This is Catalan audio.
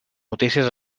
notícies